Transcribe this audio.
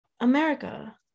America